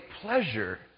pleasure